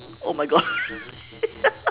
oh my god